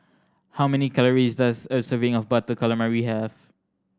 how many calories does a serving of Butter Calamari have